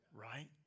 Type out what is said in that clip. right